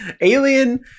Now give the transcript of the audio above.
alien